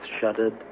shuddered